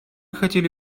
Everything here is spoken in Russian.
хотели